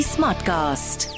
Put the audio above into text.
Smartcast